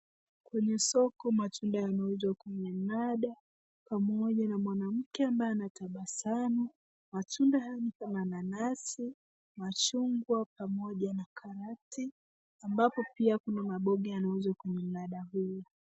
Kwenye soko matunda yanauzwa kwenye mnada pamoja na mwanamke ambaye anatabasamu. Matunda haya ni kama nanasi, machungwa pamoja na karati ambapo pia kuna maboge yanauzwa kwenye mnada huu.